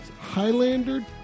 Highlander